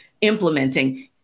implementing